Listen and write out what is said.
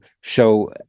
show